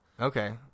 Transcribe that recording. Okay